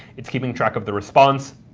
it's keeping track of the response,